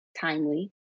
timely